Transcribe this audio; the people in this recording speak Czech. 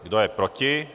Kdo je proti?